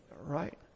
right